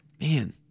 Man